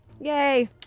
Yay